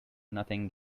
nothing